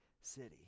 city